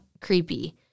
creepy